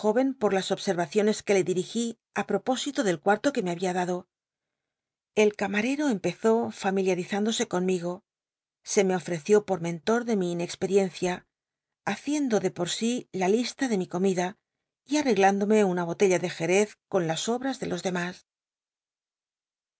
pot las observaciones que le dirigí i pt opósito del cuarto que me habia dado el camarero empezó familiarizándose conmigo se me ofreció por mentol de mi inexperiencia haciendo de por si la lista de mi comida y aneghindome una botella de jerez con las obras de los demás